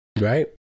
Right